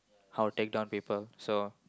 how take down people so